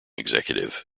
executive